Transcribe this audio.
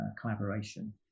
collaboration